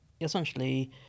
essentially